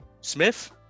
Smith